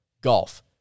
golf